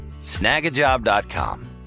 Snagajob.com